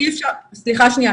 סליחה שנייה.